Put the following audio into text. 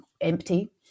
empty